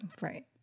Right